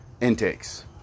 intakes